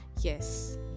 Yes